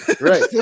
Right